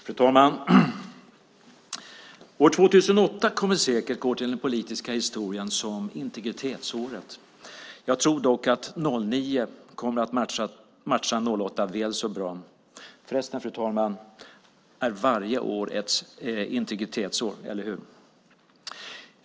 Fru talman! År 2008 kommer säkert att gå till den politiska historien som integritetsåret. Jag tror dock att 2009 kommer att matcha 2008 väl så bra. Förresten, fru talman, är varje år ett integritetsår, eller hur?